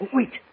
Wait